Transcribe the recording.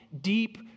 deep